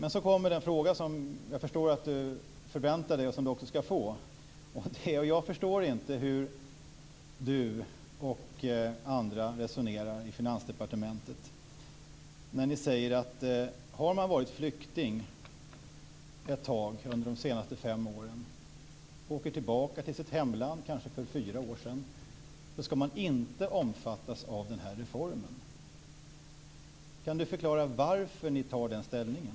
Nu kommer den fråga som jag förstår att Lena Sandlin-Hedman förväntar sig och ska få: Jag förstår inte hur hon och andra i Finansdepartementet resonerar när ni säger följande. Har man varit flykting ett tag under de senaste fem åren, åker tillbaka till sitt hemland, kanske för fyra år sedan, ska man inte omfattas av reformen. Kan Lena Sandlin-Hedman förklara varför ni tar den ställningen?